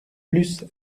plus